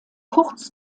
kurz